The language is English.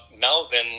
Melvin